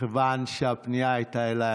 מכוון שהפנייה הייתה אליי,